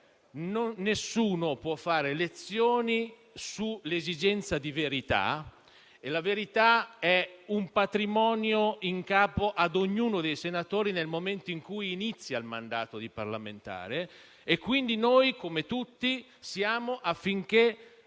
nessuno può dare lezioni sull'esigenza di verità, perché la verità è un patrimonio in capo ad ognuno dei senatori nel momento in cui inizia il mandato di parlamentare e quindi noi, come tutti, riteniamo che